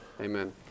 Amen